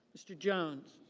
mr. jones.